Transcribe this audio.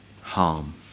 Harm